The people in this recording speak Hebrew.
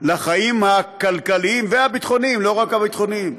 לחיים הכלכליים והביטחוניים, לא רק הביטחוניים.